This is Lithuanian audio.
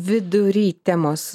vidury temos